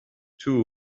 two